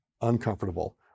uncomfortable